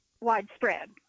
widespread